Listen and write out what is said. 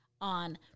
on